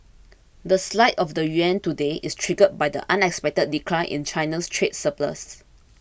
the slide of the yuan today is triggered by the unexpected decline in China's trade surplus